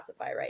right